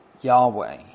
Yahweh